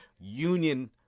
union